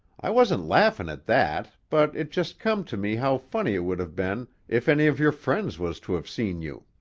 i wasn't laughin' at that, but it just come to me how funny it would have been if any of your friends was to have seen you!